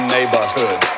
neighborhood